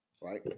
right